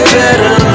better